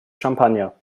champagner